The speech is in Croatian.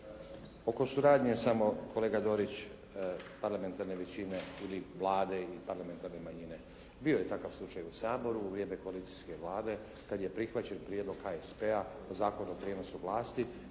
Oko suradnje samo kolega Dorić parlamentarne većini ili Vlade i parlamentarne manjine. Bio je takav slučaj u Sabor u vrijeme koalicijske Vlade kad je prihvaćen prijedlog HSP-a Zakon o prijenosu vlasti